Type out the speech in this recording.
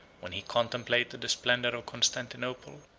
when he contemplated the splendor of constantinople,